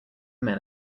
men